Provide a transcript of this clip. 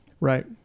right